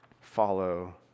follow